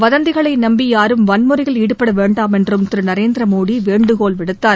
வதந்திகளை நம்பி யாரும் வன்முறையில் ஈடுபட வேண்டாம் என்றும் திரு நரேந்திர மோடி வேண்டுகோள் விடுத்தார்